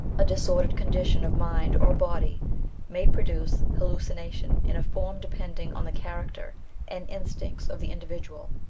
a disordered condition of mind or body may produce hallucination in a form depending on the character and instincts of the indi vidual.